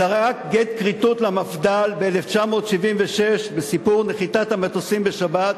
זרק גט כריתות למפד"ל ב-1976 בסיפור נחיתת המטוסים בשבת,